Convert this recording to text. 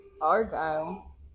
Argyle